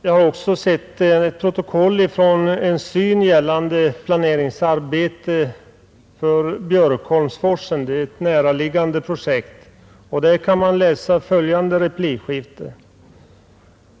Jag har även sett protokollet från en syn gällande planeringsarbetet för Björkholmsforsen. Det är ett näraliggande projekt. I detta protokoll kan man läsa följande replikskifte.